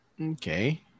Okay